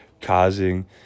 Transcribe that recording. causing